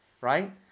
right